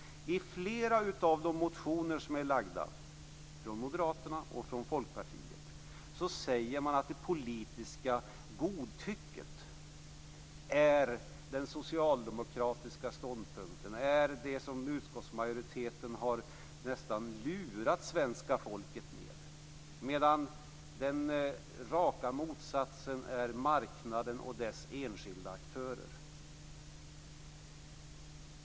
I flera av de väckta motionerna från Moderaterna och från Folkpartiet säger man att det politiska godtycket är den socialdemokratiska ståndpunkten och är det som utskottsmajoriteten nästan lurat svenska folket med, medan den raka motsatsen är marknaden och dess enskilda aktörer.